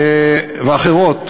ואחרות,